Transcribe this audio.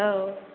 औ